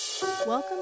Welcome